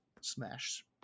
smash